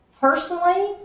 Personally